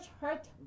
hurt